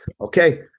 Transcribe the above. okay